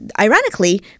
ironically